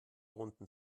runden